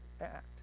act